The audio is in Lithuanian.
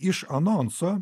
iš anonso